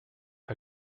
her